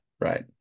Right